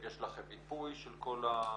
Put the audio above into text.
האם יש לכם מיפוי של התורים,